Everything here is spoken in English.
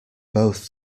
both